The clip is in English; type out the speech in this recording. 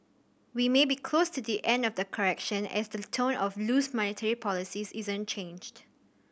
we may be close to the end of the correction as the tone of loose monetary policies isn't changed